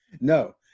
No